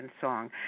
song